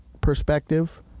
perspective